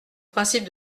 principe